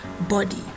body